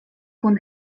kun